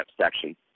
section